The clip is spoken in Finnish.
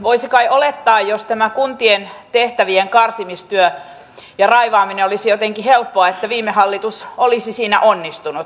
voisi kai olettaa että jos tämä kuntien tehtävien karsimistyö ja raivaaminen olisi jotenkin helppoa niin viime hallitus olisi siinä onnistunut